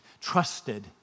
trusted